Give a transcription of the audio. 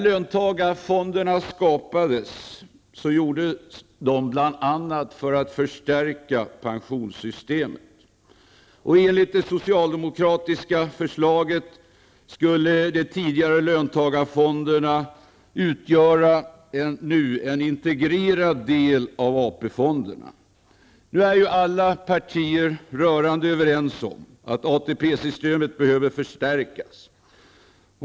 Löntagarfonderna tillskapades bl.a. för att förstärka pensionssystemet, och enligt det socialdemokratiska förslaget skulle de tidigare löntagarfonderna nu utgöra en integrerad del av AP-fonderna. Alla partier är i dag rörande överens om att ATP-systemet behöver förstärkas.